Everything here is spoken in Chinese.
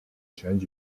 选举